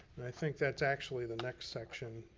and i think that's actually the next section,